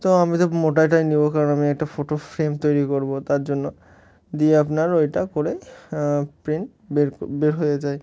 তো আমি তো মোটাইটাই নেব কারণ আমি একটা ফোটো ফ্রেম তৈরি করবো তার জন্য দিয়ে আপনার ওইটা করে প্রিন্ট বের বের হয়ে যায়